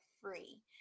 free